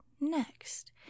Next